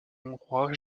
hongrois